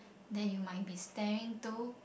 that you might be staring to